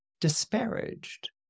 disparaged